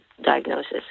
diagnosis